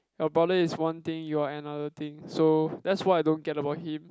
your brother is one thing you're another thing so that's what I don't get about him